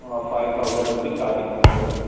five thousand నుంచి starting ఉంది sir